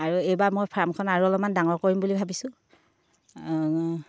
আৰু এইবাৰ মই ফাৰ্মখন আৰু অলপমান ডাঙৰ কৰিম বুলি ভাবিছোঁ